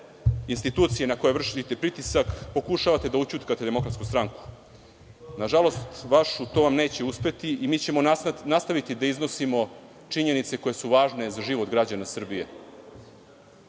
institucije na koje vršite pritisak, pokušavate da ućutkate DS. Na vašu žalost, baš u tome nećete uspeti, i mi ćemo nastaviti da iznosimo činjenice koje su važne za život građana Srbije. Mislim